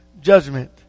judgment